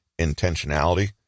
intentionality